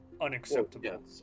unacceptable